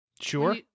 Sure